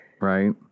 Right